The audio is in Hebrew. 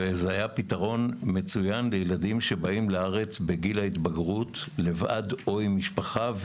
זה היה פתרון מצוין לילדים שבאים לארץ בגיל ההתבגרות לבד או עם משפחה.